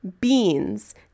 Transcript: beans